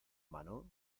mano